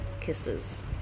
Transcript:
Kisses